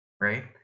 Right